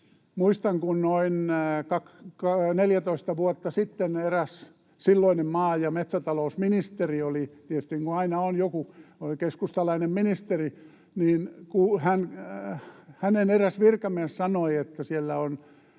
Muistan, kuinka noin neljätoista vuotta sitten erään silloisen maa- ja metsätalousministerin — tietysti, niin kuin aina, keskustalaisen ministerin — eräs virkamies sanoi, että siellä on